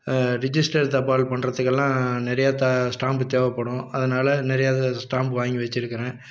register தபால் பண்றதுக்கெல்லாம் நிறைய தா ஸ்டாம்பு தேவைப்படும் அதனால் நிறைய இது ஸ்டாம்பு வாங்கி வச்சுருக்குறேன்